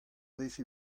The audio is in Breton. vefe